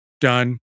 done